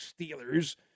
Steelers